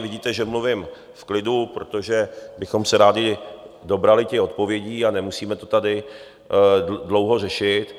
Vidíte, že mluvím v klidu, protože bychom se rádi dobrali těch odpovědí, a nemusíme to tady dlouho řešit.